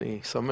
אני שמח,